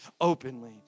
openly